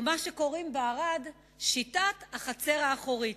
או מה שקוראים בערד שיטת "החצר האחורית".